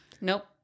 Nope